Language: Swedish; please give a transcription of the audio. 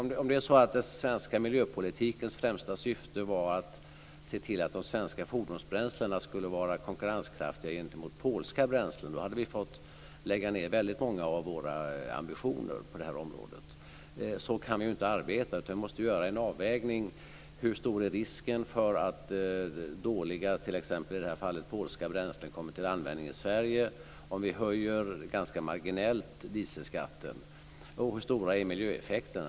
Om den svenska miljöpolitikens främsta syfte var att se till att de svenska fordonsbränslena skulle vara konkurrenskraftiga gentemot polska bränslen hade vi fått lägga ned väldigt många av våra ambitioner på detta område. Så kan vi ju inte arbeta, utan vi måste göra en avvägning. Hur stor är risken för att dåliga i detta fall polska bränslen kommer till användning i Sverige om vi höjer dieselskatten ganska marginellt? Hur stora är miljöeffekterna?